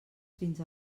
fins